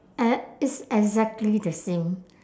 and it's exactly the same